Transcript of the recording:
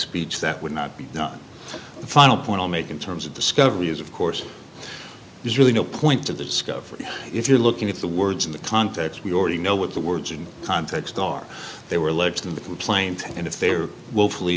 speech that would no the final point i'll make in terms of discovery is of course there's really no point to discover if you're looking at the words in the context we already know what the words in context are they were led to the complaint and if they are willfully